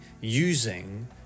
using